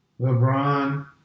LeBron